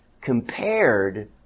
compared